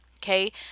Okay